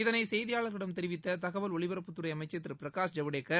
இதனை செய்தியாளர்களிடம் தெரிவித்த தகவல் ஒலிபரப்புத்துறை அமைச்சர் திரு பிரகாஷ் ஜவ்டேக்கர்